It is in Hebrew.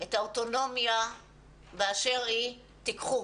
את האוטונומיה באשר היא תיקחו.